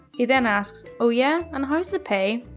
he then asks, oh yeah, and how's the pay.